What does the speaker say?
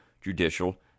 judicial